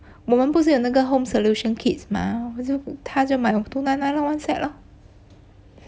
我们不是有那个 home solution kit 吗不就他就买了 two nine nine lor one set lor